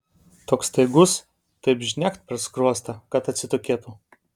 toks staigus taip žnekt per skruostą kad atsitokėtų